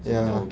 ya